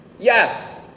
Yes